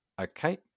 Okay